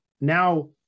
now